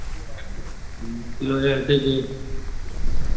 মুশকিল হয়ে গেছে যে